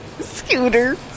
Scooter